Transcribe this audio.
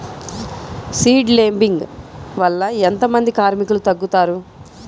Seed లేంబింగ్ వల్ల ఎంత మంది కార్మికులు తగ్గుతారు?